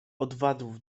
owadów